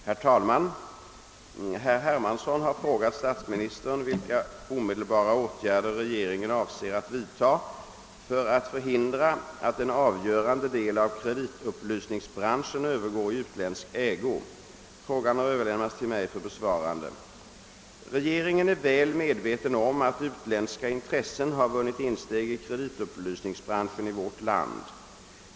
Herr talman! Herr Hermansson har frågat statsministern vilka omedelbara åtgärder regeringen avser att vidta för att förhindra att en avgörande del av kreditupplysningsbranschen övergår i utländsk ägo. Frågan har överlämnats till mig för besvarande. Regeringen är väl medveten om att utländska intressen har vunnit insteg i kreditupplysningsbranschen i vårt land.